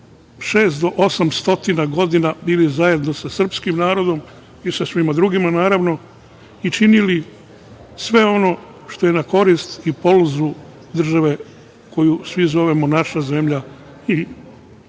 godina bili zajedno sa srpskim narodom i sa svima drugima naravno i činili sve ono što je na korist države koju svi zovemo naša zemlja i naša